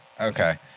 Okay